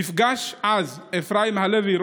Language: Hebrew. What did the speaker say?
נפגש אפרים הלוי,